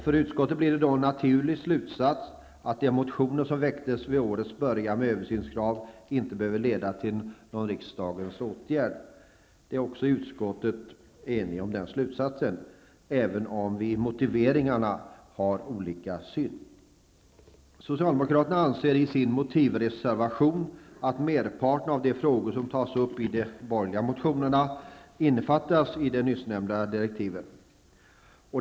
För utskottet blir det då en naturlig slutsats att de motioner som väcktes vid årets början med översynskrav inte behöver leda till någon riksdagens åtgärd. Vi är också i utskottet eniga om den slutsatsen, även om vi när det gäller motiveringarna har olika syn. Socialdemokraterna anser i sin motivreservation att merparten av de frågor som tas upp i de borgerliga motionerna innefattas i de nyssnämnda direktiven.